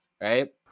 right